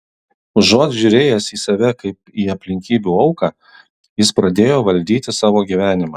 užuot žiūrėjęs į save kaip į aplinkybių auką jis pradėjo valdyti savo gyvenimą